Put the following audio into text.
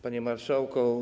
Panie Marszałku!